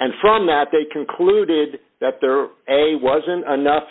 and from that they concluded that there were a wasn't enough